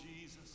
Jesus